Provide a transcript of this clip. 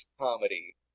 comedy